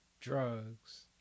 drugs